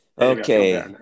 Okay